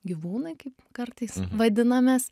gyvūnai kaip kartais vadinamės